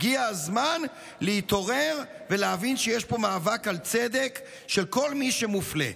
הגיע הזמן להתעורר ולהבין שיש פה מאבק על צדק של כל מי שמופלה.